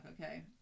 okay